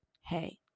hey